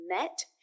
met